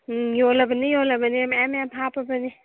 ꯎꯝ ꯌꯣꯜꯂꯕꯅꯦ ꯌꯣꯜꯂꯕꯅꯦ ꯃꯌꯥꯝ ꯃꯌꯥꯝ ꯍꯥꯞꯄꯕꯅꯤ